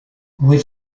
with